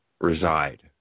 reside